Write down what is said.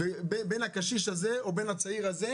בין הקשיש הזה לזה או בין הצעיר הזה לזה,